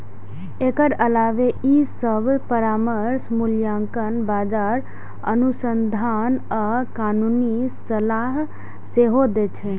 एकर अलावे ई सभ परामर्श, मूल्यांकन, बाजार अनुसंधान आ कानूनी सलाह सेहो दै छै